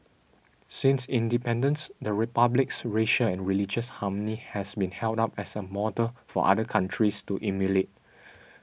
since independence the Republic's racial and religious harmony has been held up as a model for other countries to emulate